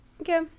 Okay